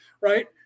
Right